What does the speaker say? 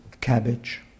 cabbage